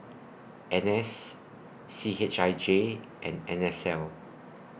N S C H I J and N S L